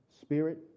Spirit